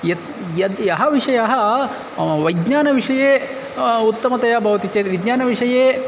यत् यद् यः विषयः विज्ञानविषये उत्तमतया भवति चेत् विज्ञानविषये